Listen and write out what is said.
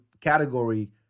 category